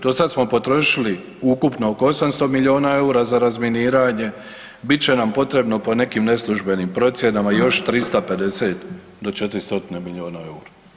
Do sad smo potrošili ukupno oko 800 milijuna eura za razminiranje, bit će nam potrebno po nekim neslužbenim procjenama još 350 do 400 milijuna eura.